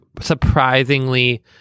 surprisingly